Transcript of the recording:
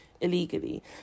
illegally